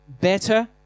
better